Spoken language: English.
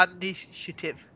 initiative